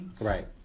Right